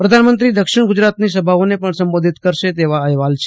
પ્રધાનમંત્રી દક્ષીણ ગુજરાતની સભાઓને સંબોધન કરશે તેવા અહેવાલ છે